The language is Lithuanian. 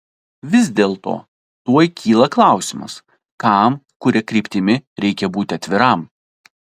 vis dėlto tuoj kyla klausimas kam kuria kryptimi reikia būti atviram